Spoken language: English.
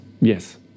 Yes